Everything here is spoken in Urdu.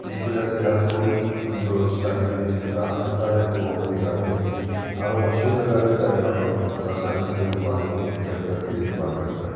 جس کی وجہ سے ہر کوئی جو صاحب استطاعت ہوتا ہے تو وہ اپنے گھروں میں آر او مشین لگا لیتا ہے اور آسانی سے وہ پانی کو فلٹر کر کے استعمال کرتا ہے